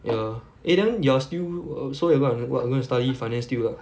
ya eh then you're still w~ so you gonna what gonna study finance still lah